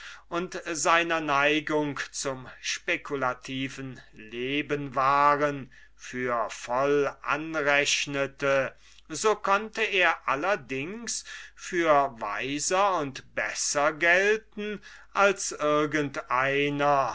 und seiner neigung zum speculativen leben waren für voll anrechnete so konnte er allerdings für weiser und besser gelten als